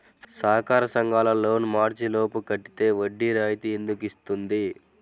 సహకార సంఘాల లోన్ మార్చి లోపు కట్టితే వడ్డీ రాయితీ ఎందుకు ఇస్తుంది?